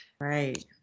Right